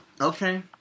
Okay